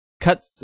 cut